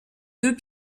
deux